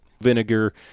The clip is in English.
vinegar